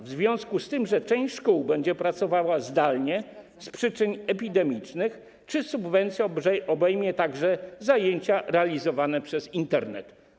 W związku z tym, że część szkół będzie pracowała zdalnie z przyczyn epidemicznych, czy subwencja obejmie także zajęcia realizowane przez Internet?